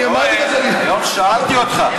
אני אמרתי לכם, גם שאלתי אותך.